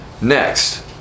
next